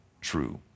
true